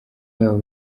yabo